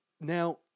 now